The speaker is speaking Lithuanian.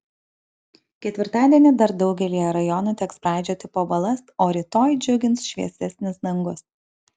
ketvirtadienį dar daugelyje rajonų teks braidžioti po balas o rytoj džiugins šviesesnis dangus